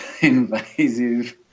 invasive